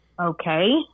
Okay